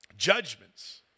judgments